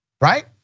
right